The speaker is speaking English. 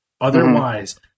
Otherwise